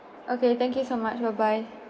okay thank you so much bye bye